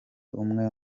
umwe